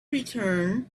return